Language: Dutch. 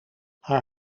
haar